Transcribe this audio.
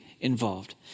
involved